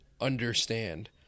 understand